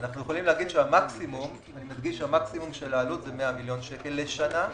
אנחנו יכולים לומר שהמקסימום של העלות זה 100 מיליון שקל לשנה,